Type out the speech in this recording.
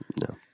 No